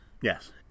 Yes